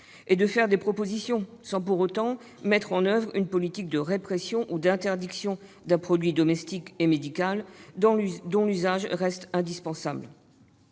et de faire des propositions, sans pour autant mettre en oeuvre une politique de répression ou d'interdiction d'un produit domestique et médical, dont l'usage reste indispensable.